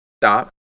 stop